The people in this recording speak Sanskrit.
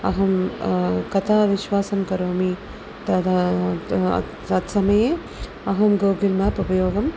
अहं कदा विश्वासं करोमि तदा तत् समये अहं गूगल् माप् उपयोगम्